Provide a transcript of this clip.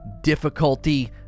difficulty